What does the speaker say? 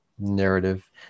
narrative